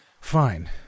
Fine